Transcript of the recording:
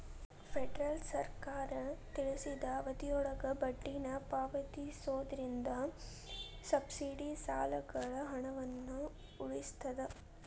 federal ಸರ್ಕಾರ ತಿಳಿಸಿದ ಅವಧಿಯೊಳಗ ಬಡ್ಡಿನ ಪಾವತಿಸೋದ್ರಿಂದ ಸಬ್ಸಿಡಿ ಸಾಲಗಳ ಹಣವನ್ನ ಉಳಿಸ್ತದ